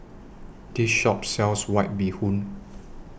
This Shop sells White Bee Hoon